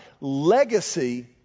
legacy